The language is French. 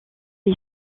les